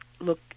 look